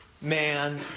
man